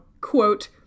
quote